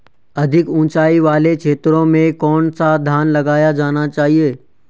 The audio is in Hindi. अधिक उँचाई वाले क्षेत्रों में कौन सा धान लगाया जाना चाहिए?